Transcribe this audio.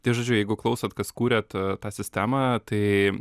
tai žodžiu jeigu klausot kas kurėt tą sistemą tai